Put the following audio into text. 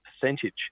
percentage